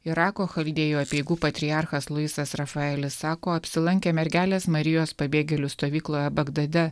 irako chaldėjų apeigų patriarchas luisas rafaelis sako apsilankę mergelės marijos pabėgėlių stovykloje bagdade